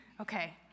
Okay